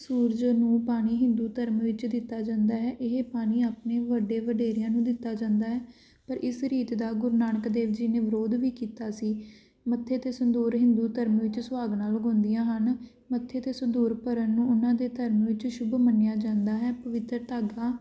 ਸੂਰਜ ਨੂੰ ਪਾਣੀ ਹਿੰਦੂ ਧਰਮ ਵਿੱਚ ਦਿੱਤਾ ਜਾਂਦਾ ਹੈ ਇਹ ਪਾਣੀ ਆਪਣੇ ਵੱਡੇ ਵਡੇਰਿਆਂ ਨੂੰ ਦਿੱਤਾ ਜਾਂਦਾ ਹੈ ਪਰ ਇਸ ਰੀਤ ਦਾ ਗੁਰੂ ਨਾਨਕ ਦੇਵ ਜੀ ਨੇ ਵਿਰੋਧ ਵੀ ਕੀਤਾ ਸੀ ਮੱਥੇ 'ਤੇ ਸੰਦੂਰ ਹਿੰਦੂ ਧਰਮ ਵਿੱਚ ਸੁਹਾਗਣਾਂ ਲਗਾਉਂਦੀਆਂ ਹਨ ਮੱਥੇ 'ਤੇ ਸੰਧੂਰ ਭਰਨ ਨੂੰ ਉਹਨਾਂ ਦੇ ਧਰਮ ਵਿੱਚ ਸ਼ੁੱਭ ਮੰਨਿਆ ਜਾਂਦਾ ਹੈ ਪਵਿੱਤਰ ਧਾਗਾ